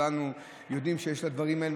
כולנו יודעים שיש לדברים האלה,